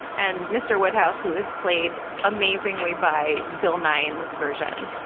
and mr. woodhouse, who is played amazingly by bill nye in this version,